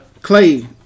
Clay